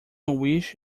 wish